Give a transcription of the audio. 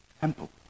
Temple